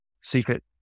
secret